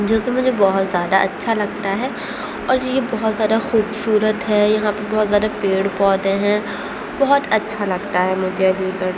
جو کہ مجھے بہت زیادہ اچھا لگتا ہے اور جو یہ بہت زیادہ خوبصورت ہے یہاں پر بہت زیادہ پیڑ پودے ہیں بہت اچھا لگتا ہے مجھےعلی گڑھ